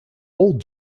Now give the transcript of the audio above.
old